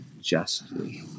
justly